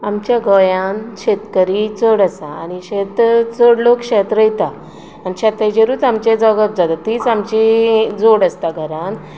आमच्या गोंयांत शेतकरी चड आसा आनी शेत चड लोक शेत रोयता आनी तेजेरूच आमचें जगप चलता तीच आमची जोड आसता घरांत